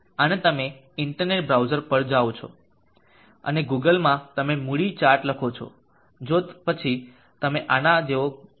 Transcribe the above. જ્યારે તમે internet browser પર જાઓ છો અને ગૂગલમાં તમે મૂડી ચાર્ટ લખો છો તો પછી તમે આના જેવા આલેખ જોશો